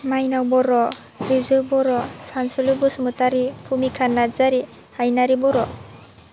मायनाव बर' रिजु बर' सानसुलि बसुमतारि भुमिखा नार्जारि हायनारि बर'